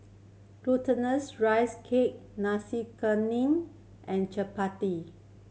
Glutinous Rice Cake Nasi Kuning and chappati